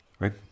Right